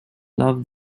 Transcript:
loved